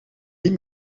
niet